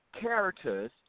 characters